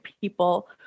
people